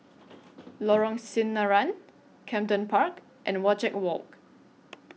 Lorong Sinaran Camden Park and Wajek Walk